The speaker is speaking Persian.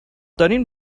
دارین